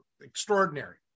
extraordinary